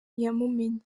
yamumenye